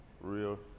Real